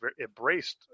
embraced